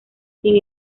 sin